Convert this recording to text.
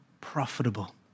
profitable